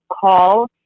call